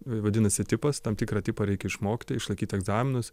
vadinasi tipas tam tikrą tipą reikia išmokti išlaikyti egzaminus